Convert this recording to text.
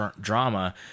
drama